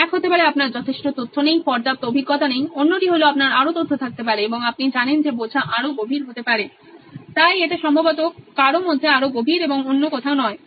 এক হতে পারে আপনার যথেষ্ট তথ্য নেই পর্যাপ্ত অভিজ্ঞতা নেই অন্যটি হল আপনার আরো তথ্য থাকতে পারে এবং আপনি জানেন যে বোঝা আরও গভীর হতে পারে তাই এটা সম্ভবত কারো মধ্যে আরও গভীর এবং অন্য কোথাও নয়